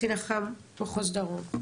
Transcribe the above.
קצין אח"ם מחוז דרום,